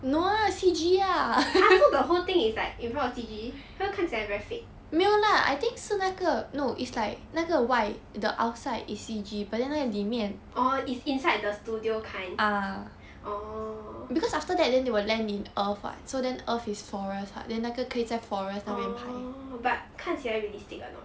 !huh! so the whole thing is like in front of C_G 看起来 very fake orh is inside the studio kind orh but 看起来 realistic or not